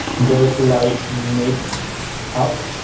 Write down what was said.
girls who like make up.